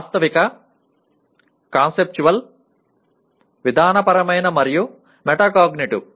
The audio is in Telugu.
వాస్తవిక కాన్సెప్చువల్ విధానపరమైన మరియు మెటాకాగ్నిటివ్